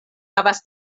havas